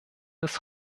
des